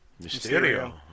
Mysterio